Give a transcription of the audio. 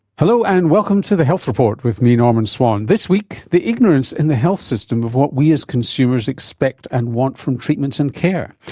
hello, and welcome to the health report with me, norman swan. this week, the ignorance in the health system of what we as consumers expect and want from treatments and care.